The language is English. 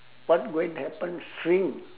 what going to happen shrink